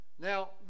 Now